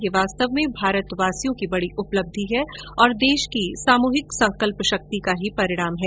ये वास्तव में भारतवासियों की बड़ी उपलब्धि है और देश की सामूहिक संकल्पशक्ति का ही परिणाम है